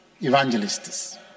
evangelists